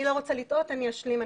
אני לא רוצה לטעות, אני אשלים.